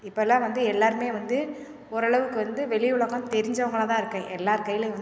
இப்பெல்லாம் வந்து எல்லாருமே வந்து ஓரளவுக்கு வந்து வெளி உலகம் தெரிஞ்சவங்களா தான் இருக்காங்கள் எல்லார் கையிலயும் வந்து